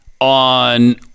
on